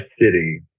city